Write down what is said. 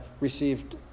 received